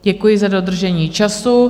Děkuji za dodržení času.